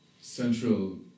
central